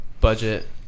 budget